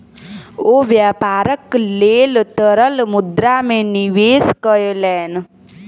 ओ व्यापारक लेल तरल मुद्रा में निवेश कयलैन